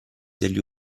degli